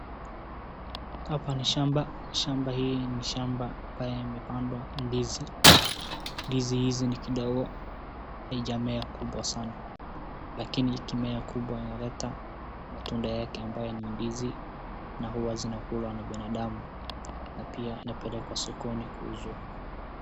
Hapa ni shamba shamba hii ni shamba ambayo imepandwa ndizi ndizi hizi ni kidogo haijamea kubwa sana, lakini ikimea kubwa inaleta matunda yake ambayo ni ndizi na hua zinakulwa na binadamu na pia inapelekwa sokoni kuuzwa.